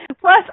Plus